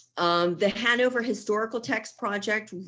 of the hanover historical texts project,